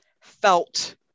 felt